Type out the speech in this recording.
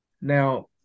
Now